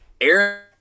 aaron